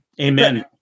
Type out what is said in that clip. Amen